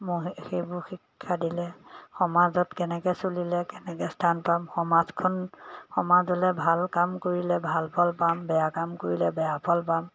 মই সেইবোৰ শিক্ষা দিলে সমাজত কেনেকৈ চলিলে কেনেকৈ স্থান পাম সমাজখন সমাজলৈ ভাল কাম কৰিলে ভাল ফল পাম বেয়া কাম কৰিলে বেয়া ফল পাম